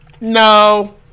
no